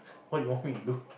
what you want me to do